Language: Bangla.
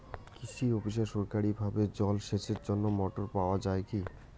কৃষি অফিসে সরকারিভাবে জল সেচের জন্য মোটর পাওয়া যায় কি?